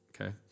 Okay